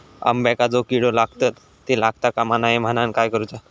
अंब्यांका जो किडे लागतत ते लागता कमा नये म्हनाण काय करूचा?